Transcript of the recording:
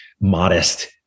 modest